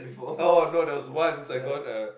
oh no there was once I got a